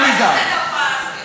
למה אתה עושה את ההופעה הזו?